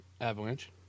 Avalanche